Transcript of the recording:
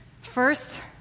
First